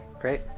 Great